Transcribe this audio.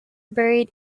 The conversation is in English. buried